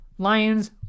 Lions